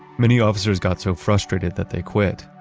many officers got so frustrated that they quit.